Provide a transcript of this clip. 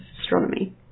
astronomy